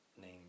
name